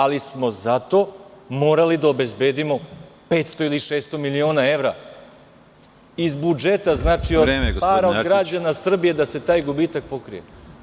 Ali smo zato morali da obezbedimo 500 ili 600 miliona evra iz budžeta, znači od para građana Srbije, da se taj gubitak pokrije.